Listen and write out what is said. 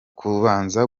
kubanza